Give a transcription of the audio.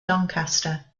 doncaster